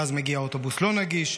ואז מגיע אוטובוס לא נגיש,